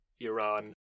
iran